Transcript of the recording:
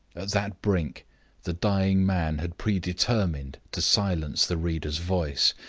at that brink the dying man had predetermined to silence the reader's voice,